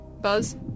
Buzz